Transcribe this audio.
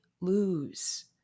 lose